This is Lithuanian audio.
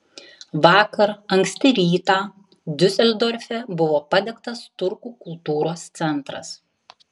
vakar anksti rytą diuseldorfe buvo padegtas turkų kultūros centras